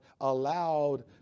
allowed